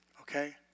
okay